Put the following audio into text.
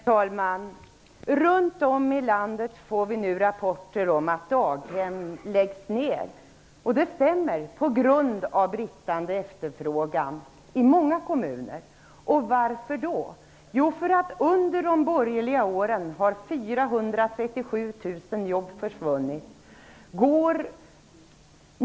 Herr talman! Runt omkring i landet får vi nu rapporter om att daghem läggs ned, och det sker på grund av bristande efterfrågan i många kommuner. Vad är anledningen till detta? Jo, under de borgerliga åren har 437 000 jobb försvunnit.